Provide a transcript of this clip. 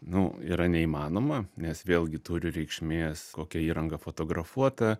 nu yra neįmanoma nes vėlgi turi reikšmės kokia įranga fotografuota